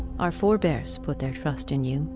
our forebears put their trust in you.